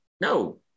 No